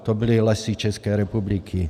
To byly Lesy České republiky.